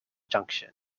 junction